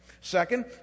Second